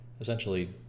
essentially